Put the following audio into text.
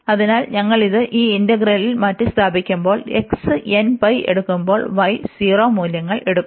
അതിനാൽ ഞങ്ങൾ ഇത് ഈ ഇന്റഗ്രലിൽ മാറ്റിസ്ഥാപിക്കുമ്പോൾ x എടുക്കുമ്പോൾ y 0 മൂല്യങ്ങൾ എടുക്കും